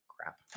Crap